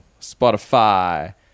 Spotify